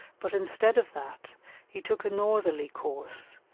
but instead of that he took a northerly course,